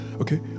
Okay